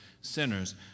sinners